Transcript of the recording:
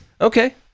Okay